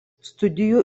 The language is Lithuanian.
studijų